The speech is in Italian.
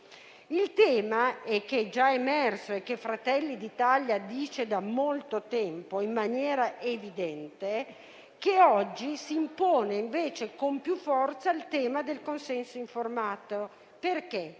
Il tema, già emerso e che Fratelli d'Italia rileva da molto tempo in maniera evidente, è che oggi si impone con più forza il tema del consenso informato per